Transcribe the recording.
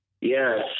Yes